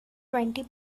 twenty